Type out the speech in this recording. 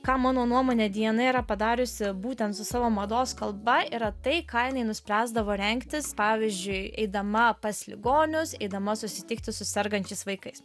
ką mano nuomone diana yra padariusi būtent su savo mados kalba yra tai ką jinai nuspręsdavo rengtis pavyzdžiui eidama pas ligonius eidama susitikti su sergančiais vaikais